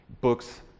books